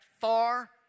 far